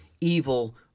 evil